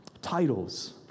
titles